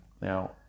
Now